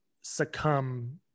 succumb